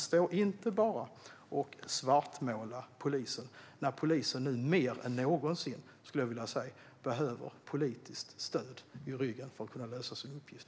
Stå inte och svartmåla polisen, Roger Haddad, nu när polisen mer än någonsin behöver politiskt stöd i ryggen för att kunna lösa sin uppgift.